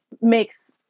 makes